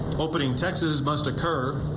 opening taxes must occur.